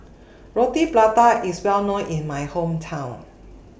Roti Prata IS Well known in My Hometown